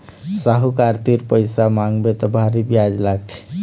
साहूकार तीर पइसा मांगबे त भारी बियाज लागथे